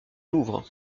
louvre